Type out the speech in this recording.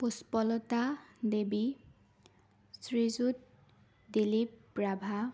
Pushpalata Devi Srijut Dilip Rabha